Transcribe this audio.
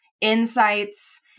insights